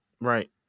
Right